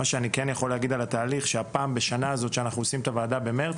אני יכול להגיד על התהליך שפעם בשנה שאנחנו מכנסים את הוועדה במרץ